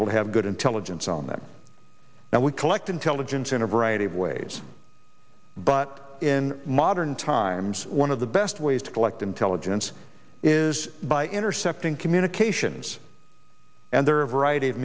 able to have good intelligence on them now we collect intelligence in a variety of ways but in modern times one of the best ways to collect intelligence is by intercepting communications and there are a variety of